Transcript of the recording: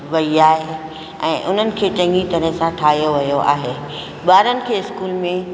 वई आहे ऐं उन्हनि खे चङी तरह सां ठाहियो वियो आहे ॿारनि खे स्कूल में